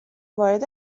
وارد